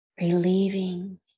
relieving